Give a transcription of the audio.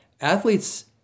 athletes